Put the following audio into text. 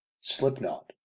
Slipknot